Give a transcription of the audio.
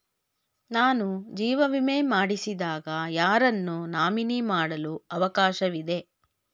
ನಾನು ಜೀವ ವಿಮೆ ಮಾಡಿಸಿದಾಗ ಯಾರನ್ನು ನಾಮಿನಿ ಮಾಡಲು ಅವಕಾಶವಿದೆ?